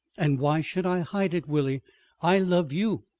and why should i hide it willie i love you.